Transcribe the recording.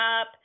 up